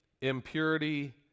impurity